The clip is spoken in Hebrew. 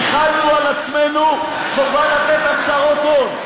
החלנו על עצמנו חובה לתת הצהרות הון.